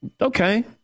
Okay